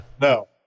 No